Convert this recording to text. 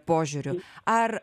požiūriu ar